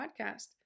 podcast